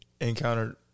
encountered